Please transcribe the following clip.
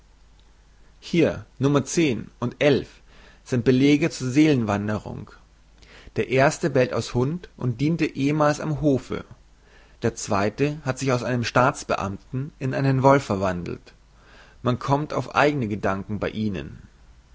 hier nro und sind belege zur seelenwanderung der erste bellt als hund und diente ehmals am hofe der zweite hat sich aus einem staatsbeamten in einen wolf verwandelt man kommt auf eigene gedanken bei ihnen